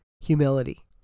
humility